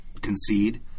concede